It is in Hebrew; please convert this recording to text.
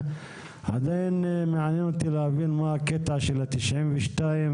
עדיין מעניין אותי להבין מה הקטע של ה-92,